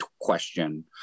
question